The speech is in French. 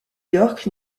york